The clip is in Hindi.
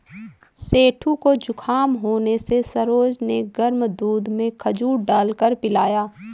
सेठू को जुखाम होने से सरोज ने गर्म दूध में खजूर डालकर पिलाया